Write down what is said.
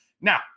Now